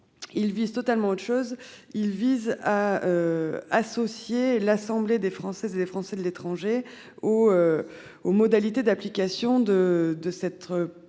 Il vise totalement autre chose. Il vise à. Associer l'assemblée des Françaises et des Français de l'étranger ou. Aux modalités d'application de de